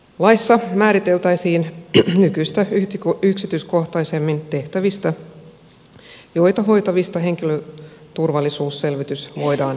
laissa määriteltäisiin nykyistä yksityiskohtaisemmin tehtävistä joita hoitavista henkilöturvallisuusselvitys voidaan tehdä